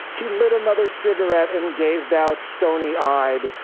he lit another cigarette and gazed out stony eyed.